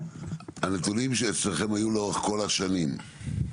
הנתונים שאצלכם היו לאורך כל השנים,